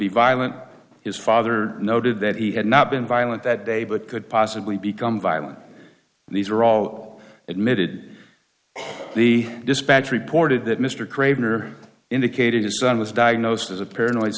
be violent his father noted that he had not been violent that day but could possibly become violent these are all admitted the dispatch reported that mr craig or indicated his son was diagnosed as a paranoid